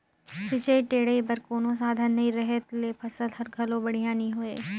सिंचई टेड़ई बर कोनो साधन नई रहें ले फसल हर घलो बड़िहा नई होय